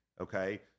okay